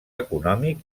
econòmic